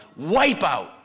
wipeout